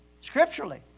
scripturally